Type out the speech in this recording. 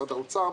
משרד האוצר,